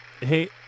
hey